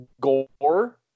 gore